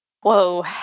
Whoa